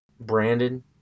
brandon